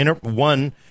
one